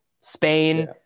Spain